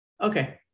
Okay